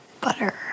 butter